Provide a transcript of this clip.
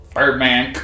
Birdman